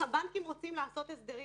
הבנקים רוצים לעשות הסדרים,